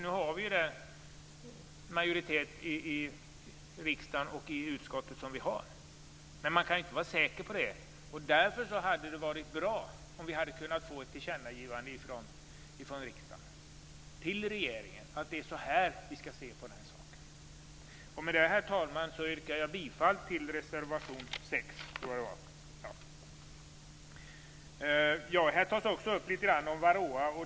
Nu har vi ju den majoritet i riksdagen och i utskottet som vi har. Men man kan inte vara säker på det. Därför hade det varit bra med ett tillkännagivande från riksdagen till regeringen om att det är så här vi skall se på saken. Med detta, herr talman, yrkar jag bifall till reservation 6. Här tas också upp litet grand om varroa.